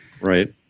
Right